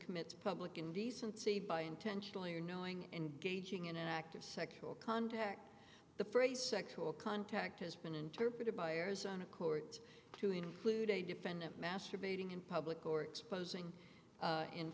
commits public indecency by intentionally or knowing engaging in an act of sexual contact the phrase sexual contact has been interpreted by arizona courts to include a defendant masturbating in public or exposing